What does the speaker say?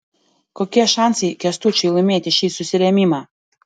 kokie šansai kęstučiui laimėti šį susirėmimą